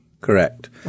Correct